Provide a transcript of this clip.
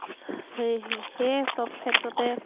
সেয়ে সব ক্ষেত্ৰতে